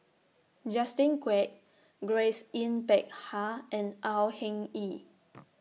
Justin Quek Grace Yin Peck Ha and Au Hing Yee